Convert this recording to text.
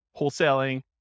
wholesaling